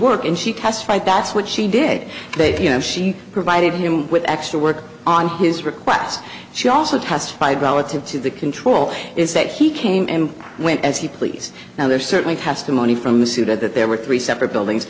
work and she testified that's what she did that you know she provided him with extra work on his requests she also testified relative to the control is that he came and went as he pleased now there certainly testimony from the suit that there were three separate buildings